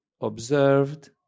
observed